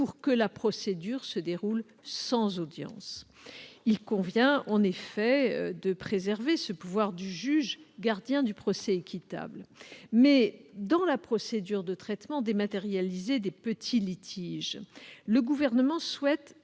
pour que la procédure se déroule sans audience. Il convient en effet de préserver ce pouvoir du juge, gardien du procès équitable. Toutefois, dans la procédure de traitement dématérialisée des petits litiges, le Gouvernement souhaite